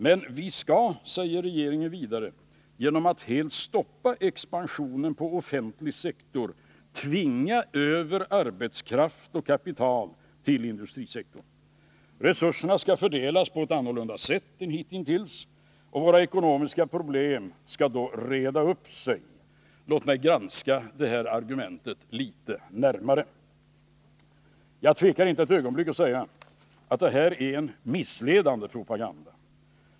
— Men vi skall enligt regeringen vidare genom att helt stoppa expansionen på offentlig sektor tvinga över arbetskraft och kapital till industrisektorn. Resurserna skall fördelas på ett annorlunda sätt än hitintills, och våra ekonomiska problem skall då reda upp sig. Låt mig granska det här argumentet litet närmare. Jag tvekar inte ett ögonblick att säga att det här är en missledande propaganda.